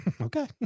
okay